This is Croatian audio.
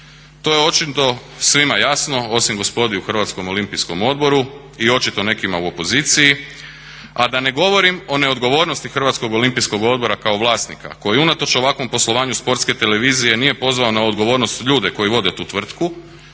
To je očito svima jasno osim gospodi u Hrvatskom olimpijskom odboru i očito nekima u opoziciji, a da ne govorim o neodgovornosti Hrvatskog olimpijskog odbora kao vlasnika koji unatoč ovakvom poslovanju Sportske televizije nije pozvao na odgovornost ljude koji vode tu tvrtku